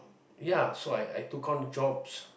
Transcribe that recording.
ya so I I took on jobs